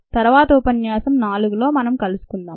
తరువాత ఉపన్యాసం 4 మనం కలుసకుందాం